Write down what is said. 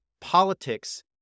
politics